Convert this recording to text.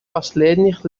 последних